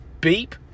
beep